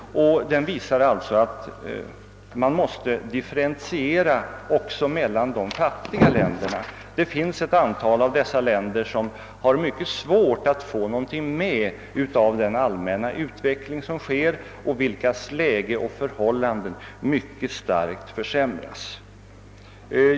Den visar att man måste differentiera också mellan de fattiga länderna. Det finns ett antal av dessa länder som har mycket svårt att få någonting med av den allmänna utvecklingen och vilkas läge och förhållanden mycket starkt försämras.